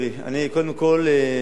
אני קודם כול מתרשם,